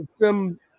sim